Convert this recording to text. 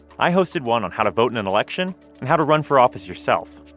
i hosted one on how to vote in an election and how to run for office yourself.